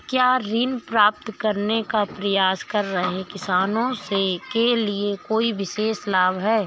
क्या ऋण प्राप्त करने का प्रयास कर रहे किसानों के लिए कोई विशेष लाभ हैं?